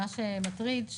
מה שמטריד,